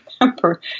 remember